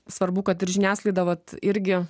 svarbu kad ir žiniasklaida vat irgi